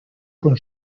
con